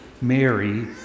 Mary